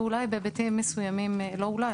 ואולי בהיבטים מסוימים לא אולי,